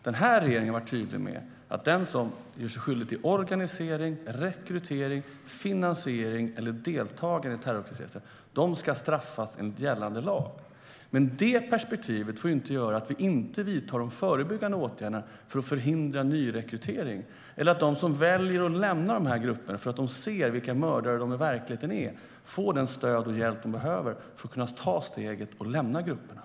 Regeringen har varit tydlig med att den som gör sig skyldig till organisering av, rekrytering till, finansiering av eller deltagande i terroraktiviteter ska straffas enligt gällande lag. Men det perspektivet får inte göra att vi inte vidtar de förebyggande åtgärderna för att förhindra nyrekrytering eller att de som väljer att lämna de här grupperna för att de ser vilka mördare de i verkligheten är inte får det stöd och den hjälp de behöver för att kunna ta steget och lämna grupperna.